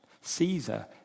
Caesar